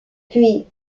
puis